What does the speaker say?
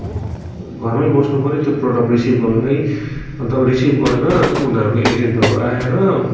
घरमै बस्नुपर्यो त्यो प्रडक्ट रिसिभ गर्नुको लागि अन्त अब रिसिभ गरेर उनीहरूको एजेन्टहरू आएर